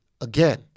Again